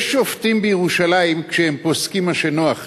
יש שופטים בירושלים כשהם פוסקים מה שנוח לנו.